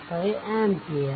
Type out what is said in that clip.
5 ampere